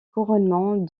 couronnement